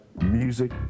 music